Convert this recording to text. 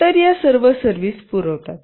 तर या सर्व सर्व्हिस पुरवतात